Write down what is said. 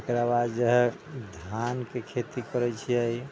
तेकरा बाद जे हइ धानके खेती करै छियै